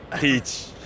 teach